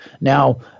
Now